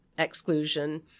Exclusion